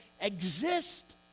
exist